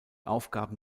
aufgaben